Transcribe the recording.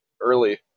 early